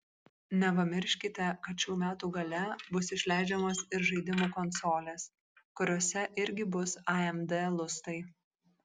nepamirškite kad šių metų gale bus išleidžiamos ir žaidimų konsolės kuriose irgi bus amd lustai